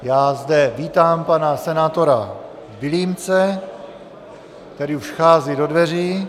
Já zde vítám pana senátora Vilímce, který už vchází do dveří.